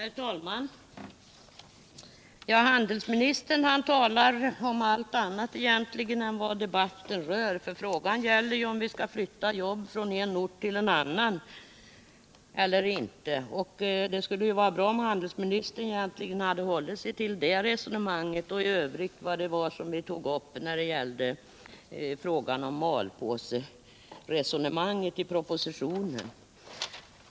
Herr talman! Handelsministern talar om allt annat än vad debatten egentligen rör. Frågan gäller ju om vi skall flytta över jobb eller inte från en ort till en annan. Det skulle ha varit bra om handelsministern hade hållit sig till denna fråga och till vad vi i övrigt tog upp när det gällde att ha maskinerna i malpåse.